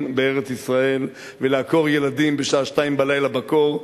בארץ-ישראל ולעקור ילדים בשעה שתיים בלילה בקור,